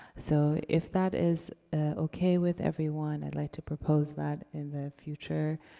so, if that is okay with everyone, i'd like to propose that in the future.